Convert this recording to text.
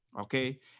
Okay